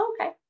Okay